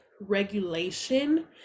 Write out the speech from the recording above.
regulation